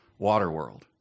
Waterworld